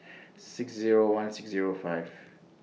six Zero one six Zero five